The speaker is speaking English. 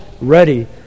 ready